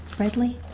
bradley,